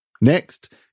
Next